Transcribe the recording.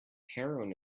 heroin